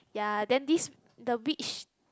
ya then this the witch